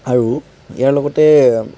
আৰু ইয়াৰ লগতে